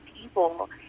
people